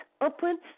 upwards